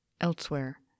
Elsewhere